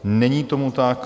Není tomu tak.